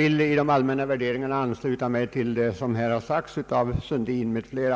I de allmänna värderingarna ansluter jag mig till det som här har sagts av herr Sundin m.fl.